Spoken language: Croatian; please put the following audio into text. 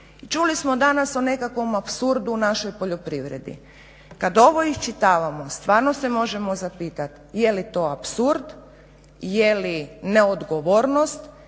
čuli smo danas o nekakvom apsurdu u našoj poljoprivredi i kada ovo iščitavamo stvarno se moramo zapitati jeli to apsurd, jeli neodgovornost